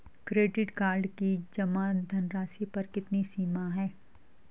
Credit card की जमा धनराशि पर कितनी सीमा है?